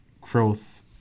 growth